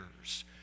years